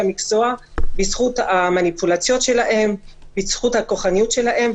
המקצוע בזכות המניפולציות והכוחניות שלהם.